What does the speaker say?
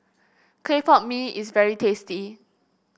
Clay Pot Mee is very tasty